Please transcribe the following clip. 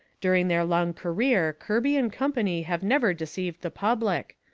during their long career kirby and company have never deceived the public.